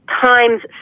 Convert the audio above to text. times